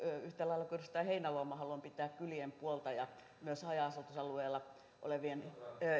yhtä lailla kuin edustaja heinäluoma haluan pitää kylien puolta ja myös turvata haja asutusalueilla olevien